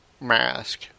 mask